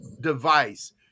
device